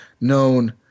known